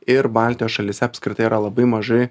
ir baltijos šalyse apskritai yra labai mažai